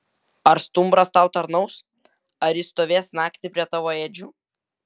ar stumbras tau tarnaus ar jis stovės naktį prie tavo ėdžių